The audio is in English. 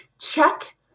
check